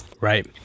Right